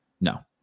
no